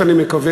אני מקווה,